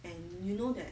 and you know that